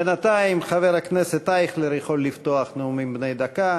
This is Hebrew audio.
בינתיים חבר הכנסת אייכלר יכול לפתוח נאומים בני דקה,